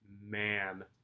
man